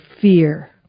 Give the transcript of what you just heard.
fear